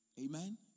Amen